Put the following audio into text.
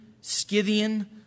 scythian